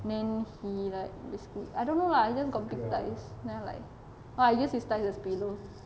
then he like basically I don't know lah he just got big thigh then I am like I use his thighs as a pillow